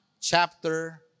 chapter